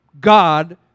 God